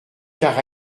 car